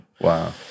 Wow